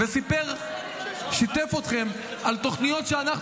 וסיפר ושיתף אתכם על תוכניות שאנחנו